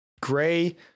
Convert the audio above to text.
Gray